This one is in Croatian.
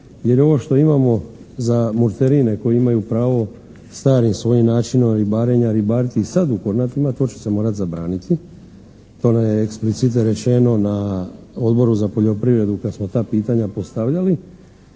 jer ovo što imamo za murterine koji imaju pravo starim svojim načinom ribarenja ribariti sada u Kornatima to će se morati zabraniti. To nam je eksplicite rečeno na Odboru za poljoprivredu kad smo ta pitanja postavljali.